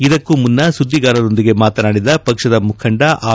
ಇದಕ್ಕೂ ಮುನ್ನ ಸುದ್ದಿಗಾರರೊಂದಿಗೆ ಮಾತನಾಡಿದ ಪಕ್ಷದ ಮುಖಂಡ ಆರ್